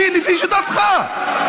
לפי שיטתך?